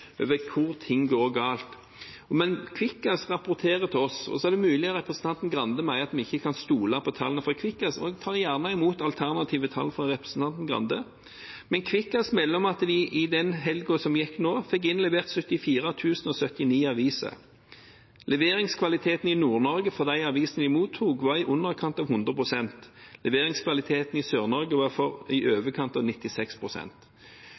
over hvor ting går galt. Kvikkas rapporterer til oss. Det er mulig at representanten Grande mener at vi ikke kan stole på tallene fra Kvikkas, og jeg tar gjerne imot alternative tall fra representanten Grande, men Kvikkas melder om at de i den helgen som var nå, fikk innlevert 74 079 aviser. Leveringskvaliteten i Nord-Norge for de avisene de mottok, var i underkant av 100 pst. Leveringskvaliteten i Sør-Norge var i